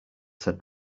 said